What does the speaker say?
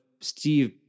Steve